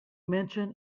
mention